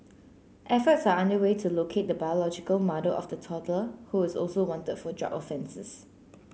efforts are underway to locate the biological mother of the toddler who is also wanted for drug offences